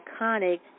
iconic